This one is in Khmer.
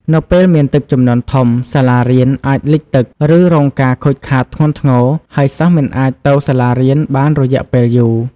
នៅពេលមានទឹកជំនន់ធំ សាលារៀនអាចលិចទឹក ឬរងការខូចខាតធ្ងន់ធ្ងរ ហើយសិស្សមិនអាចទៅសាលារៀនបានរយៈពេលយូរ។